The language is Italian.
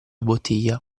bottiglia